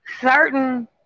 Certain